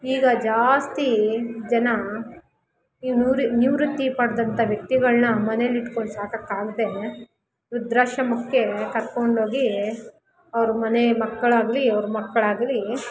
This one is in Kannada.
ಈಗ ಜಾಸ್ತಿ ಜನ ಈ ಮ್ಯೂರಿ ನಿವೃತ್ತಿ ಪಡ್ದಂಥ ವ್ಯಕ್ತಿಗಳನ್ನ ಮನೇಲಿಟ್ಕೊಂಡು ಸಾಕೋಕ್ಕಾಗ್ದೆ ವೃದ್ದಾಶ್ರಮಕ್ಕೆ ಕರ್ಕೊಂಡೋಗಿ ಅವ್ರ ಮನೆ ಮಕ್ಕಳಾಗಲಿ ಅವ್ರ ಮಕ್ಕಳಾಗಲಿ